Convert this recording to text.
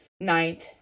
ninth